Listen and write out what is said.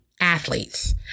athletes